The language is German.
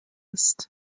ist